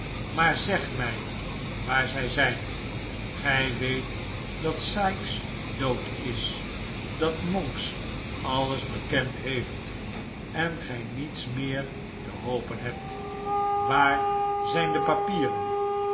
maar zeg mij waar zij zijn gij weet dat sikes dood is dat monks alles bekend heeft en gij niets meer te hopen hebt waar zijn de papieren